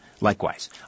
Likewise